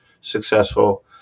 successful